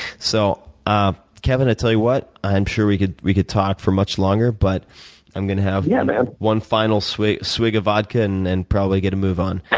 so, um kevin, i tell you what, i'm sure we could we could talk for much longer, but i'm gonna have yeah, man. one final swig swig of vodka, and then probably get a move on.